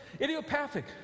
Idiopathic